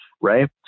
Right